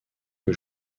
que